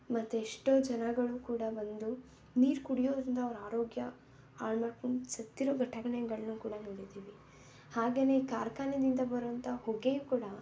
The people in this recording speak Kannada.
ಮತ್ತು ಎಷ್ಟೋ ಜನಗಳು ಕೂಡ ಬಂದು ನೀರು ಕುಡಿಯೋದರಿಂದ ಅವ್ರ ಆರೋಗ್ಯ ಹಾಳು ಮಾಡ್ಕೊಂಡು ಸತ್ತಿರೋ ಘಟನೆಗಳ್ನು ಕೂಡ ನೋಡಿದೀವಿ ಹಾಗೇ ಈ ಕಾರ್ಖಾನೆಯಿಂದ ಬರುವಂಥ ಹೊಗೆಯೂ ಕೂಡ